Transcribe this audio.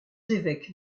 évêques